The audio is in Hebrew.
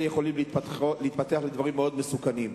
יכולים להתפתח לדברים מאוד מסוכנים.